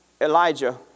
Elijah